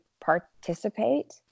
participate